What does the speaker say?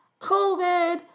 COVID